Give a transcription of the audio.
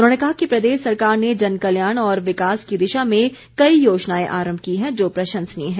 उन्होंने कहा कि प्रदेश सरकार ने जनकल्याण और विकास की दिशा में कई योजनाएं आरम्भ की हैं जो प्रशंसनीय है